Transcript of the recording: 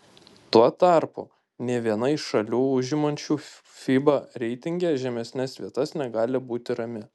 tuo tarpu nė viena iš šalių užimančių fiba reitinge žemesnes vietas negali būti rami